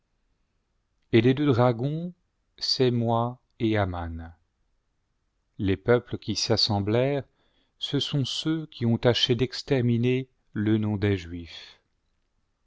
et les deux dragons c'est moi et a am les peuples qui s'assemblèrent ce s mt ceux qui ont tâché d'exterminer le nom des juifs